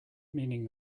meaning